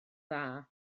dda